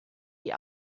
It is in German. die